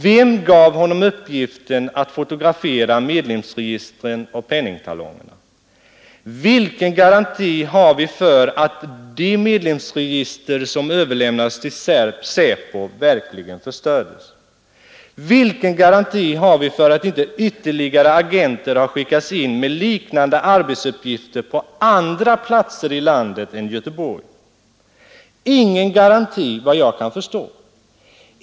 Vem gav honom uppgiften att fotografera medlemsregistren och penningtalongerna? Vilken garanti har vi för att de medlemsregister som överlämnades till Säpo verkligen förstördes? Vilken garanti har vi för att inte ytterligare agenter har skickats in med liknande arbetsuppgifter på andra platser än Göteborg? Ingen garanti vad jag kan förstå.